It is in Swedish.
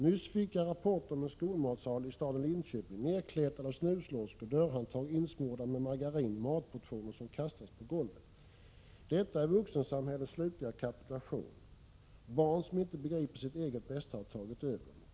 Nyss fick jag rapport om en skolmatsal i staden Linköping nerkletad av snusloskor, dörrhandtag insmorda med margarin, matportioner som kastats på golvet. Detta är vuxensamhällets slutliga kapitulation. Bärn som inte begriper sitt eget bästa har tagit över.